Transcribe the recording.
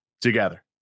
together